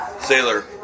sailor